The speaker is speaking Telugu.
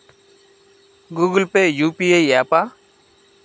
గూగుల్ పే యూ.పీ.ఐ య్యాపా?